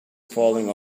falling